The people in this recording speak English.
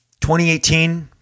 2018